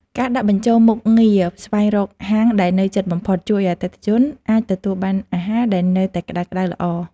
ការដាក់បញ្ចូលមុខងារស្វែងរកហាងដែលនៅជិតបំផុត ជួយឱ្យអតិថិជនអាចទទួលបានអាហារដែលនៅតែក្តៅៗល្អ។